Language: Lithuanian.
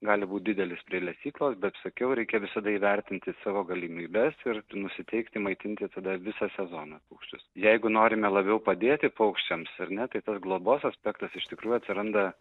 gali būt didelis prie lesyklos bet sakiau reikia visada įvertinti savo galimybes ir nusiteikti maitinti tada visą sezoną paukščius jeigu norime labiau padėti paukščiams ar ne tai tas globos aspektas iš tikrųjų atsiranda